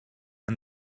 and